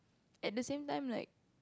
at the same time like